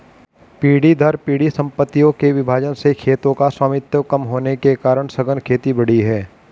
पीढ़ी दर पीढ़ी सम्पत्तियों के विभाजन से खेतों का स्वामित्व कम होने के कारण सघन खेती बढ़ी है